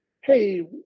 hey